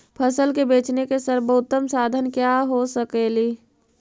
फसल के बेचने के सरबोतम साधन क्या हो सकेली?